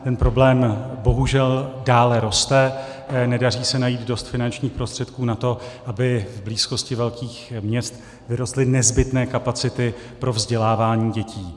Ten problém bohužel dále roste, nedaří se najít dost finančních prostředků na to, aby v blízkosti velkých měst vyrostly nezbytné kapacity pro vzdělávání dětí.